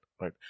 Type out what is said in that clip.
Right